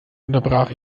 unterbrach